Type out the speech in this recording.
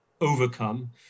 overcome